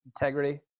integrity